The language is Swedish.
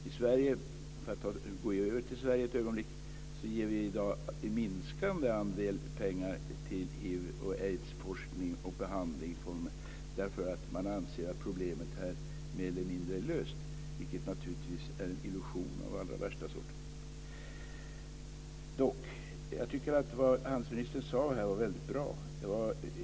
I Sverige, för att ett ögonblick gå över till vårt land, ger vi i dag en minskande andel pengar till hiv aids-behandling därför att man anser att problemet här mer eller mindre är löst, vilket naturligtvis är en illusion av den allra värsta sorten. Dock tycker jag att vad handelsministern sade här var väldigt bra.